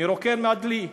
מרוקן עם הדלי.